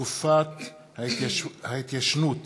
(תקופת ההתיישנות